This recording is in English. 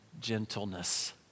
gentleness